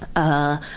ah,